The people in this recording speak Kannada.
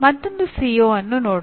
ಮತ್ತೊಂದು ಸಿಒ ನೋಡೋಣ